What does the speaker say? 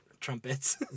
trumpets